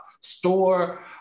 store